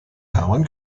hermann